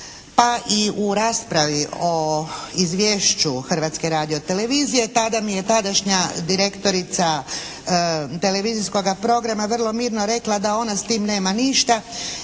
pa i u raspravi o Izvješću Hrvatske radiotelevizije tada mi je tadašnja direktorica televizijskoga programa vrlo mirno rekla da ona s time nema ništa,